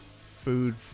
food